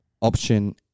option